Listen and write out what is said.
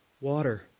water